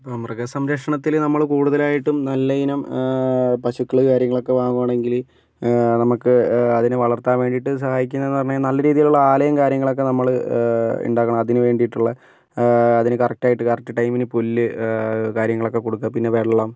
മൃഗസംരക്ഷണത്തിൽ നമ്മൾ കൂടുതലായിട്ടും നല്ലയിനം പശുക്കൾ കാര്യങ്ങൾ ഒക്കെ വാങ്ങുകയാണെങ്കിൽ നമുക്ക് അതിനെ വളര്ത്താന് വേണ്ടി സഹായിക്കുന്ന എന്ന് പറഞ്ഞു കഴിഞ്ഞാൽ നല്ല രീതിയിലുള്ള ആലയും കാര്യങ്ങളും ഒക്കെ നമ്മൾ ഉണ്ടാക്കണം അതിനു വേണ്ടീട്ടുള്ള അതിനു കറക്റ്റ് ആയിട്ട് കറക്റ്റ് ടൈമിന് പുല്ല് കാര്യങ്ങളൊക്കെ കൊടുക്കുക പിന്നെ വെള്ളം